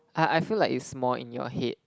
I I feel like it's more in your head